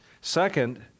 Second